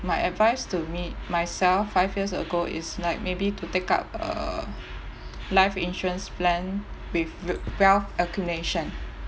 my advice to me myself five years ago is like maybe to take up a life insurance plan with wea~ wealth accumulation